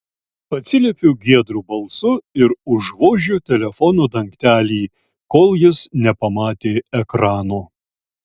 atsiliepiu giedru balsu ir užvožiu telefono dangtelį kol jis nepamatė ekrano